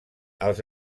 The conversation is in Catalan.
els